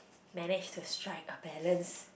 manage to strike a balance